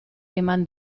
eman